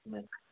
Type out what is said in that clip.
सम्यक्